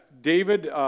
David